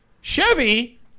Chevy